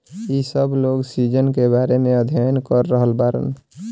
इ सब लोग सीजन के बारे में अध्ययन कर रहल बाड़न